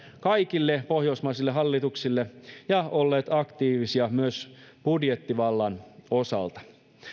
kaikille pohjoismaisille hallituksille ja olleet aktiivisia myös budjettivallan osalta